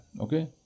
Okay